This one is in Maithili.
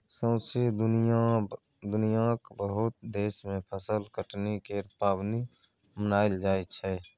सौसें दुनियाँक बहुत देश मे फसल कटनी केर पाबनि मनाएल जाइ छै